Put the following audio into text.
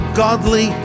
godly